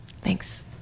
Thanks